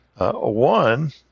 One